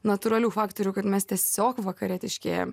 natūralių faktorių kad mes tiesiog vakarėtiškėjam